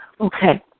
Okay